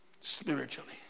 spiritually